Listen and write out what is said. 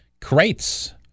crates